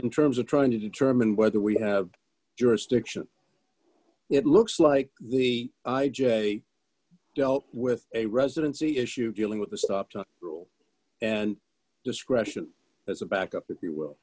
in terms of trying to determine whether we have jurisdiction it looks like the i j dealt with a residency issue dealing with the stop talk rule and discretion as a backup if you will